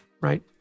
right